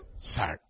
sad